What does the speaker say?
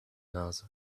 nase